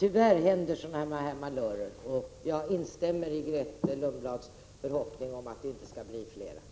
Tyvärr händer sådana malörer. Jag instämmer i Grethe Lundblads förhoppning om att det inte skall bli flera.